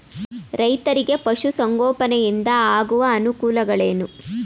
ರೈತರಿಗೆ ಪಶು ಸಂಗೋಪನೆಯಿಂದ ಆಗುವ ಅನುಕೂಲಗಳೇನು?